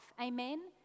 Amen